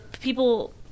people